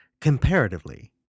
comparatively